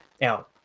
Now